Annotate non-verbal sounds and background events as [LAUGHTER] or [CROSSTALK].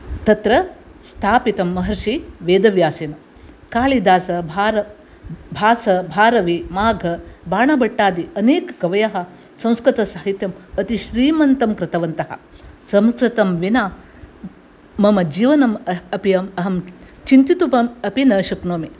तत्र स्थापितं महर्षिवेदव्यासेन कालिदासभार भासभारविमाघबाणभट्टादि अनेक कवयः संस्कृतसाहित्यम् अतिश्रीमन्तं कृतवन्तः संस्कृतं विना मम जीवनम् अपि अहं चिन्तितु [UNINTELLIGIBLE] अपि न शक्नोमि